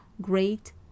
great